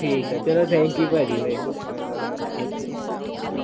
ਠੀਕ ਹ ਚਲੋ ਥੈਂਕ ਯੂ ਭਾਅ ਜੀ ਵੇ